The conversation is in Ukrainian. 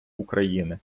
україни